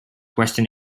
western